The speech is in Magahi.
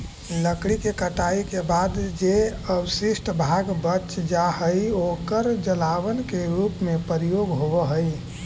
लकड़ी के कटाई के बाद जे अवशिष्ट भाग बच जा हई, ओकर जलावन के रूप में प्रयोग होवऽ हई